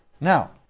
Now